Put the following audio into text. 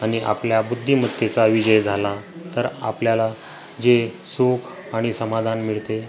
आणि आपल्या बुद्धिमत्तेचा विजय झाला तर आपल्याला जे सुख आणि समाधान मिळते